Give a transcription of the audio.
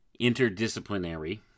interdisciplinary